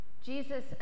Jesus